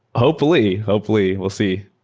hopefully. hopefully. we'll see.